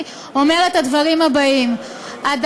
הצעתי לתיקון חוק